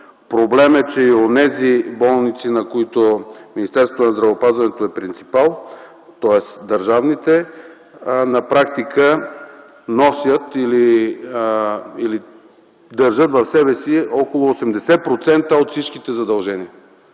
Проблем е, че и онези болници, на които Министерството на здравеопазването е принципал, тоест държавните, на практика държат в себе си около 80% от всички задължения